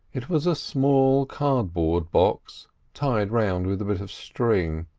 it was a small cardboard box tied round with a bit of string.